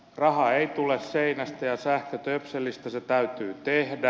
raha ei tule seinästä ja sähkö töpselistä se täytyy tehdä